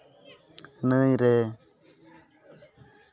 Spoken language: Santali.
ᱱᱟᱹᱭ ᱨᱮ